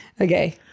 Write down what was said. Okay